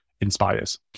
inspires